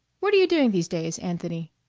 what're you doing these days, anthony?